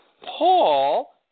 Paul